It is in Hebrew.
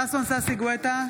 בעד ששון ששי גואטה,